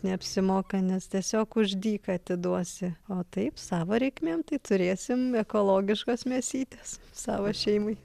neapsimoka nes tiesiog už dyka atiduosi o taip savo reikmėm tai turėsim ekologiškos mėsytės savo šeimai